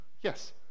yes